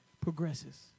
progresses